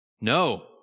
No